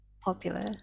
popular